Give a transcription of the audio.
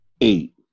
Eight